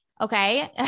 Okay